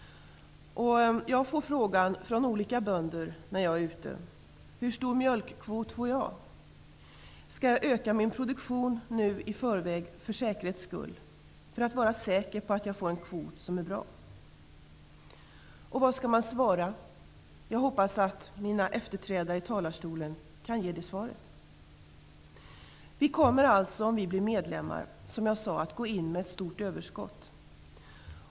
Jag får frågor från olika bönder när jag är ute: Hur stor mjölkkvot får jag? Skall jag öka min produktion nu i förväg för att vara säker på att jag får en bra kvot? Vad skall man svara? Jag hoppas att mina efterträdare i talarstolen kan ge ett svar. Vi kommer alltså, om vi blir medlemmar, att gå in i unionen med ett stort överskott.